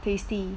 tasty